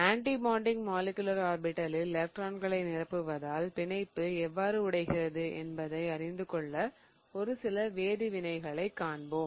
anti bonding molecular ஆர்பிடலில் எலக்ட்ரான்களை நிரப்புவதால் பிணைப்பு எவ்வாறு உடைகிறது என்பதை அறிந்து கொள்ள ஒருசில வேதி வினைகளை காண்போம்